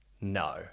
No